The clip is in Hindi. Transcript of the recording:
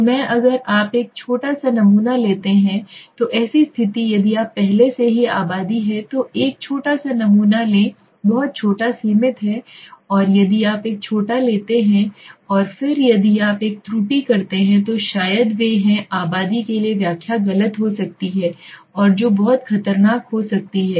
तो में अगर आप एक छोटा सा नमूना लेते हैं तो ऐसी स्थिति यदि आप पहले से ही आबादी है तो एक छोटा सा नमूना लें बहुत छोटा सीमित है और यदि आप एक छोटा लेते हैं और फिर यदि आप एक त्रुटि करते हैं तो शायद वे हैं आबादी के लिए व्याख्या गलत हो सकती है और जो बहुत खतरनाक हो सकती है